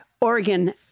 Oregon